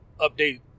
update